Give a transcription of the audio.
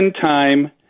time